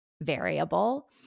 variable